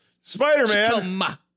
Spider-Man